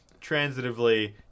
transitively